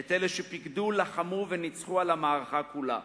את אלו שפיקדו, לחמו וניצחו על המערכה כולה.